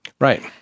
right